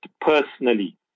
personally